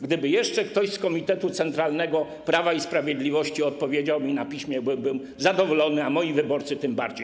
Gdyby jeszcze ktoś z komitetu centralnego Prawa i Sprawiedliwości odpowiedział mi na piśmie, byłbym zadowolony, a moi wyborcy tym bardziej.